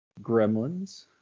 Gremlins